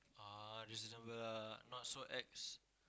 uh reasonable ah not so ex